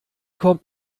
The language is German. kommt